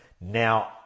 Now